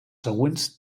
següents